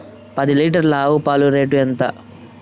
పది లీటర్ల ఆవు పాల రేటు ఎంత?